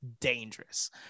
dangerous